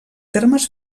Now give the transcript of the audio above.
termes